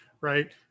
right